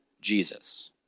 Jesus